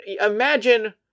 Imagine